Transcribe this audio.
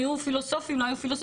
היו פילוסופים לא היו פילוסופיות,